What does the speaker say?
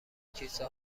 کیسه